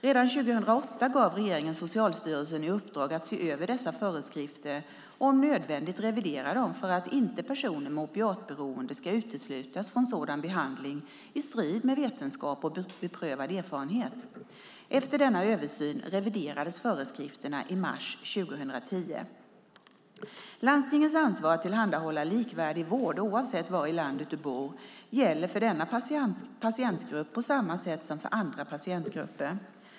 Redan 2008 gav regeringen Socialstyrelsen i uppdrag att se över dessa föreskrifter och om nödvändigt revidera dem, för att inte personer med opiatberoende ska uteslutas från sådan behandling i strid med vetenskap och beprövad erfarenhet. Efter denna översyn reviderades föreskrifterna i mars 2010. Landstingens ansvar att tillhandahålla likvärdig vård oavsett var i landet man bor gäller för denna patientgrupp på samma sätt som för andra patientgrupper.